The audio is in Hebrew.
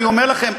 אני אומר לכם,